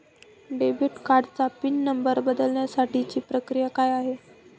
Debit कार्डचा pin number बदलण्यासाठीची प्रक्रिया काय आहे?